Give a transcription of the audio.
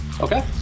Okay